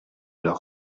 leurs